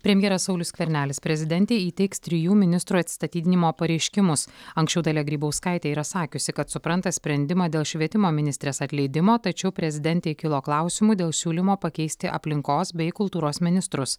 premjeras saulius skvernelis prezidentei įteiks trijų ministrų atsistatydinimo pareiškimus anksčiau dalia grybauskaitė yra sakiusi kad supranta sprendimą dėl švietimo ministrės atleidimo tačiau prezidentei kilo klausimų dėl siūlymo pakeisti aplinkos bei kultūros ministrus